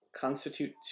constitute